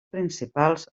principals